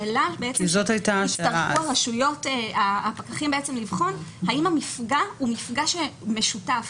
הפקחים ברשויות יצטרכו לבחון האם המפגע הוא מפגע משותף